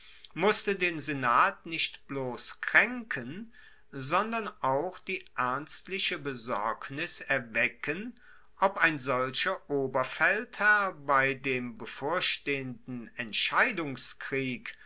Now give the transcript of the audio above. musste den senat nicht bloss kraenken sondern auch die ernstliche besorgnis erwecken ob ein solcher oberfeldherr bei dem bevorstehenden